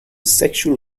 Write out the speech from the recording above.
sexual